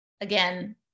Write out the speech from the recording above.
again